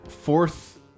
Fourth